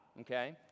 okay